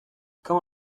quand